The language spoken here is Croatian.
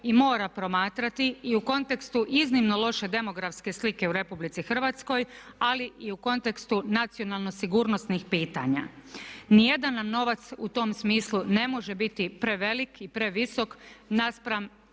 i mora promatrati i u kontekstu iznimno loše demografske slike u Republici Hrvatskoj, ali i u kontekstu nacionalno sigurnosnih pitanja. Ni jedan novac u tom smislu ne može biti prevelik i previsok naspram